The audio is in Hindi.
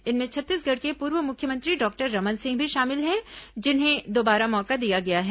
इनमें छत्तीसगढ़ के पूर्व मुख्यमंत्री डॉक्टर रमन सिंह भी शामिल हैं जिन्हें दोबारा मौका दिया गया है